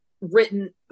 written